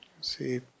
See